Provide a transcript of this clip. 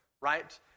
right